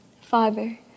Father